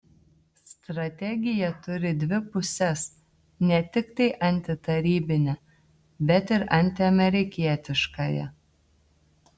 strategija turi dvi puses ne tiktai antitarybinę bet ir antiamerikietiškąją